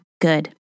good